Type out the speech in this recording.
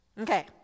Okay